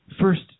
first